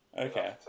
Okay